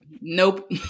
Nope